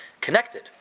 connected